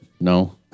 no